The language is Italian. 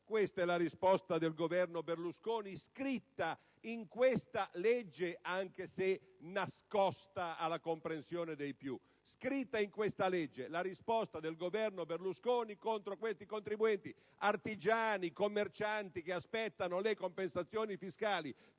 Questa è la risposta del Governo Berlusconi scritta in questa legge (anche se nascosta alla comprensione dei più)